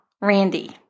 Randy